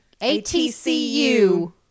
ATCU